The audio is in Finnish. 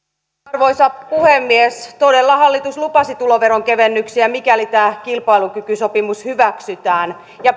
arvoisa puhemies todella hallitus lupasi tuloveron kevennyksiä mikäli tämä kilpailukykysopimus hyväksytään